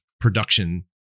production